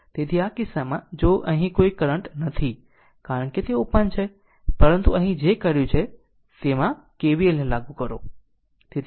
તેથી આ કિસ્સામાં જો અહીં કોઈ કરંટ નથી કારણ કે તે ઓપન છે પરંતુ અહીં જે કંઇ કર્યું છે KVLને લાગુ કરો